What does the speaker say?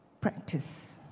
practice